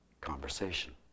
conversation